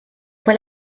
fue